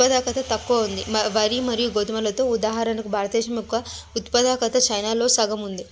ఉత్పాదకత తక్కువ ఉంది వరి మరియు గోధుమలతో ఉదాహరణకు భారతదేశం యొక్క ఉత్పాదకత చైనాలో సగం ఉంది